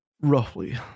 Roughly